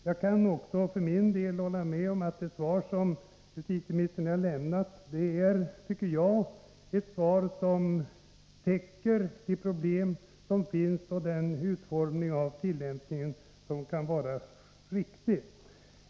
"Jag kan också för min del hålla med om att det svar som justitieministern har lämnat täcker de problem som finns och den utformning av tillämpningen söm kan vara riktig.